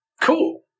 cool